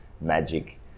magic